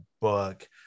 book